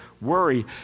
worry